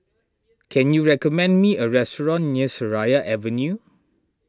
can you recommend me a restaurant near Seraya Avenue